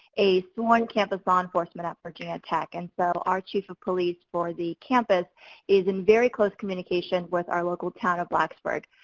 a sworn campus law enforcement at virginia tech. and so, our chief of police for the campus is in very close communication with our local town of blacksburg.